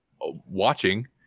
watching